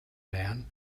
man